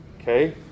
Okay